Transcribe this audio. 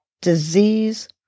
disease